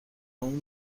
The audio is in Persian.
اون